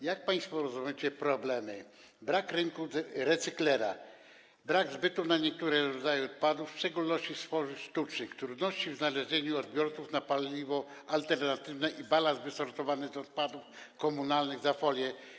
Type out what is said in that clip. Jak państwo rozumiecie następujące problemy: brak rynku recyklera, brak zbytu na niektóre rodzaje odpadów, w szczególności z tworzyw sztucznych, trudności w znalezieniu odbiorców paliwa alternatywnego i balastu, wysortowanych odpadów komunalnych, folii?